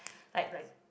I right